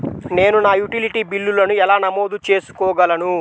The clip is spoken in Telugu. నేను నా యుటిలిటీ బిల్లులను ఎలా నమోదు చేసుకోగలను?